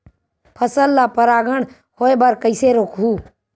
फसल ल परागण होय बर कइसे रोकहु?